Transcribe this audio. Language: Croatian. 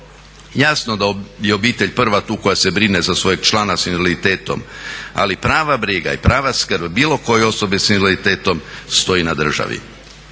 Jasno da je obitelj prva tu koja se brine za svojeg člana s invaliditetom, ali prava briga i prava skrb bilo koje osobe s invaliditetom stoji na državi.